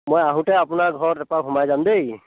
মই আহোঁতে আপোনাৰ ঘৰত এপাক সোমাই যাম দেই